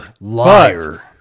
Liar